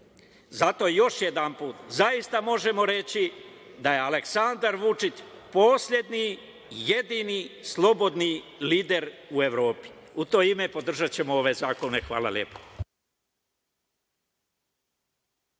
još jedanput, zaista možemo reći da je Aleksandar Vučić poslednji i jedini slobodni lider u Evropi. U to ime, podržaćemo ove zakone. Hvala lepo.